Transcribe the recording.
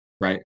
Right